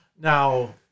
now